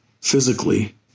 physically